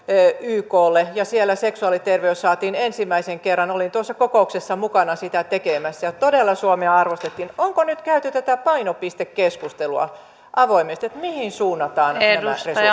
yklle ja siellä seksuaaliterveys saatiin ensimmäisen kerran olin tuossa kokouksessa mukana sitä tekemässä ja todella suomea arvostettiin onko nyt käyty tätä painopistekeskustelua avoimesti mihin suunnataan